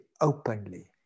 openly